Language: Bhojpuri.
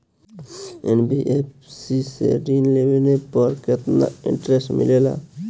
एन.बी.एफ.सी से ऋण लेने पर केतना इंटरेस्ट मिलेला?